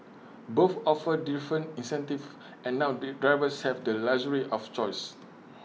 both offer different incentives and now the drivers have the luxury of choice